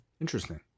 Interesting